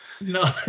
no